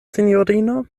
sinjorino